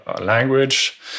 language